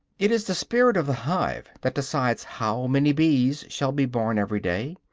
it is the spirit of the hive that decides how many bees shall be born every day,